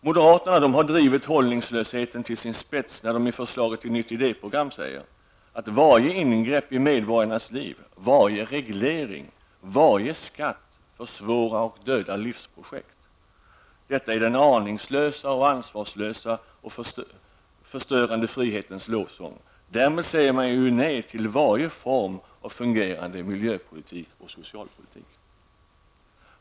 Moderaterna har drivit hållningslösheten till sin spets när de i sitt förslag till nytt idéprogram säger: ''Varje ingrepp i medborgarnas liv, varje reglering, varje skatt försvårar och dödar livsprojekt.'' Detta är den aningslösa, ansvarslösa och förstörande frihetens lovsång. Därmed säger man nej till varje form av fungerande miljöpolitik och socialpolitik.